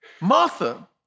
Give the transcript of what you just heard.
Martha